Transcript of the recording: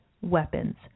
weapons